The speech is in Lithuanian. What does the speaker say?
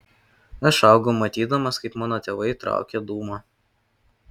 aš augau matydamas kaip mano tėvai traukia dūmą